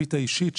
בזווית האישית,